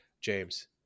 James